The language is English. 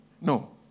No